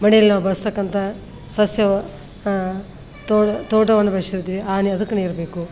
ಮನೇಲಿ ನಾವು ಬಳಸ್ತಕ್ಕಂಥ ಸಸ್ಯವ ತೋಳ್ ತೋಟವನ್ನು ಬೆಳೆಸಿರ್ತೀವಿ ಆ ನೀ ಅದಕ್ಕೆ ನೀರು ಬೇಕು